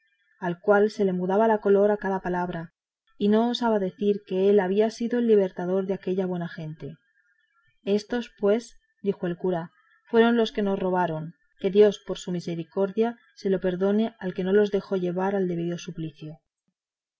al cual se le mudaba la color a cada palabra y no osaba decir que él había sido el libertador de aquella buena gente éstos pues dijo el cura fueron los que nos robaron que dios por su misericordia se lo perdone al que no los dejó llevar al debido suplicio